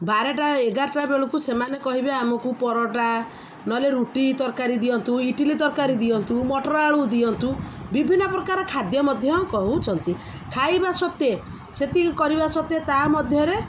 ବାରଟା ଏଗାରଟା ବେଳକୁ ସେମାନେ କହିବେ ଆମକୁ ପରଟା ନହେଲେ ରୁଟି ତରକାରୀ ଦିଅନ୍ତୁ ଇଟିଲି ତରକାରୀ ଦିଅନ୍ତୁ ମଟର ଆଳୁ ଦିଅନ୍ତୁ ବିଭିନ୍ନ ପ୍ରକାର ଖାଦ୍ୟ ମଧ୍ୟ କହୁଛନ୍ତି ଖାଇବା ସତ୍ତେ ସେତିକି କରିବା ସତ୍ତେ ତା ମଧ୍ୟରେ